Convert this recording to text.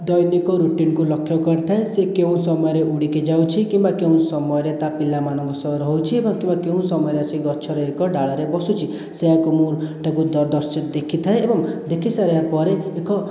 ଦୈନିକ ରୁଟିନକୁ ଲକ୍ଷ୍ୟ କରିଥାଏ ସେ କେଉଁ ସମୟରେ ଉଡ଼ିକି ଯାଉଛି କିମ୍ବା କେଉଁ ସମୟରେ ତା' ପିଲାମାନଙ୍କ ସହ ରହୁଛି ଏବଂ କିମ୍ବା କେଉଁ ସମୟରେ ଆସି ଗଛରେ ଏକ ଡାଳରେ ବସୁଛି ସେଇଆକୁ ମୁଁ ଦେଖିଥାଏ ଏବଂ ଦେଖିସାରିବା ପରେ ଏକ